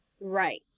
Right